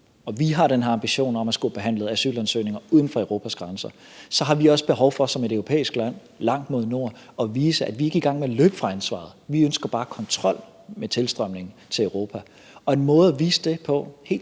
og vi har den her ambition om at skulle have behandlet asylansøgninger uden for Europas grænser, så har vi også behov for som et europæisk land langt mod nord at vise, at vi ikke er i gang med at løbe fra ansvaret. Vi ønsker bare kontrol med tilstrømningen til Europa, og en måde at vise det på helt